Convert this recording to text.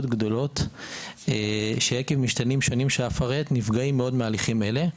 גדולות שעקב משתנים שונים שאפרט נפגעים מאוד מהליכים אלה.